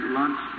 lunch